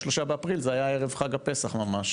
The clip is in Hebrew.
3 באפריל היה ערב פסח ממש,